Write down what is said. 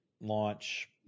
launch